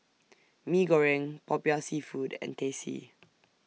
Mee Goreng Popiah Seafood and Teh C